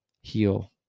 heal